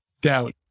doubt